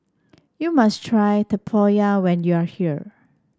you must try Tempoyak when you are here